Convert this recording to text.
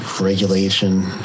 regulation